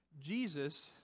Jesus